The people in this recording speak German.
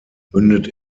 mündet